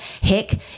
Hick